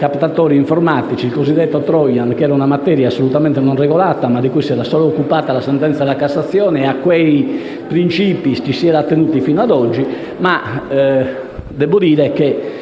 il cosiddetto *trojan*, che non era assolutamente regolata, ma di cui si era occupata una sentenza della Cassazione. A quei principi ci si era attenuti fino ad oggi,